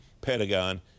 Pentagon